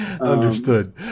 Understood